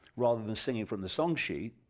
rather than singing from the song sheet,